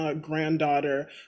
granddaughter